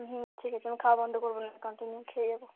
হুম ঠিক আছে আমি খাওয়া বন্ধ করবো না কন্টিনিউ খেয়ে যাবো